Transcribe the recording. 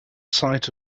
sight